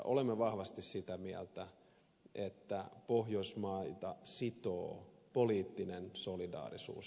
olemme vahvasti sitä mieltä että pohjoismaita sitoo poliittinen solidaarisuus